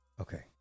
Okay